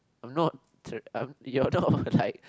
I'm not tr~ um you're not like